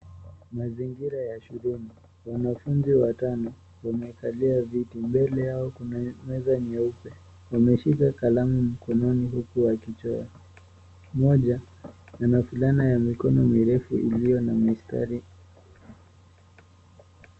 Mazingira ya shuleni. Wanafunzi watano wamekalia viti, mbele yao kuna meza nyeupe, wameshika kalamu mkononi huku wakichora. Mmoja ana fulana ya mikono mirefu iliyo na mistari.